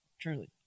Truly